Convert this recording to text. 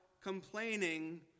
complaining